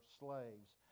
slaves